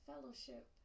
fellowship